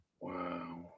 wow